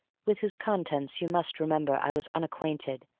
with whose contents you must remember i was unacquainted,